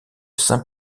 saint